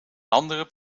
andere